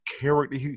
character